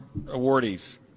awardees